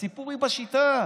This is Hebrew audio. הסיפור הוא בשיטה.